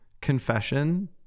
confession